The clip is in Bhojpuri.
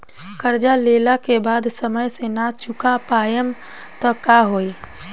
कर्जा लेला के बाद समय से ना चुका पाएम त का होई?